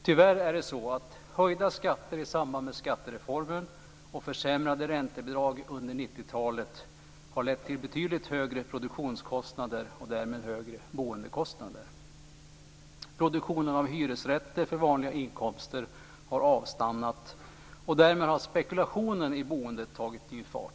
Tyvärr har höjda skatter i samband med skattereformen och försämrade räntebidrag under 90-talet lett till betydligt högre produktionskostnader och därmed högre boendekostnader. Produktionen av hyresrätter för människor med vanliga inkomster har avstannat. Därmed har spekulationen i boendet tagit ny fart.